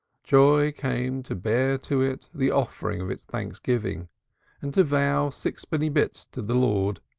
joy came to bear to it the offering of its thanksgiving and to vow sixpenny bits to the lord,